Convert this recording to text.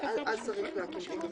אז צריך להקים פיגומים.